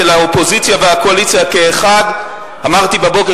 של האופוזיציה והקואליציה כאחת: אמרתי בבוקר